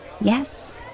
Yes